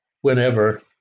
whenever